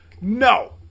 no